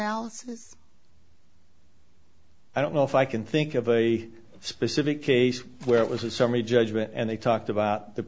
s i don't know if i can think of a specific case where it was a summary judgment and they talked about the